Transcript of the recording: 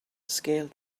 scaled